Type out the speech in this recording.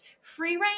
Free-range